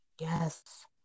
Yes